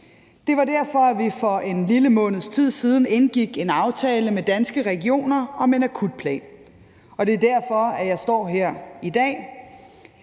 Det var derfor, at vi for en lille måneds tid siden indgik en aftale med Danske Regioner om en akutplan, og det er derfor, jeg står her i dag.